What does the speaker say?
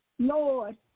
Lord